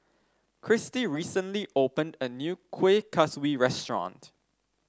Kristy recently opened a new Kuih Kaswi restaurant